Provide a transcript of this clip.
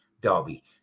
derby